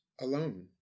alone